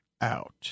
out